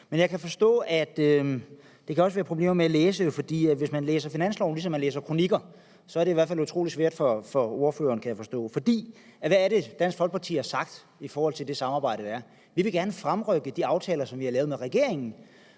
Men jeg kan forstå, at der også kan være problemer med at læse, for hvis man læser finansloven, ligesom man læser kronikker, så er det i hvert fald utrolig svært for ordføreren. For hvad er det, Dansk Folkeparti har sagt i forhold til det samarbejde, der er? Vi vil gerne fremrykke de aftaler, som vi har lavet med regeringen,